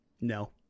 no